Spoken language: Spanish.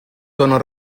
tono